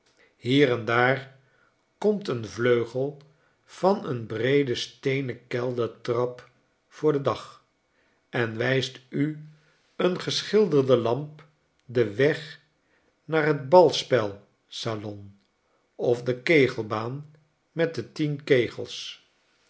bier en daar komt een vleugel van een breede steenen keldertrap voor den dag en wijst u een geschilderde lamp den weg naar t balspel salon of de kegelbaan met de tien kegels